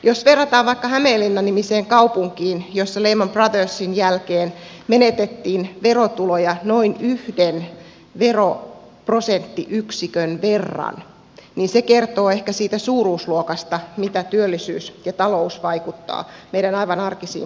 jos verrataan vaikka hämeenlinna nimiseen kaupunkiin jossa lehman brothersin jälkeen menetettiin verotuloja noin yhden veroprosenttiyksikön verran niin se kertoo ehkä siitä suuruusluokasta mitä työllisyys ja talous vaikuttaa meidän aivan arkisiin palveluihimme